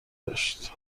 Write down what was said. داشت